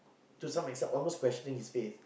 to some extent almost questioning his faith